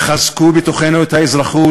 חזקו בתוכנו את האזרחות,